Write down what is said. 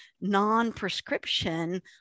non-prescription